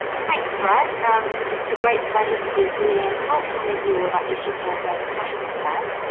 thanks, brad. um it's a great pleasure to be here talking with you all about issues that i'm very passionate about.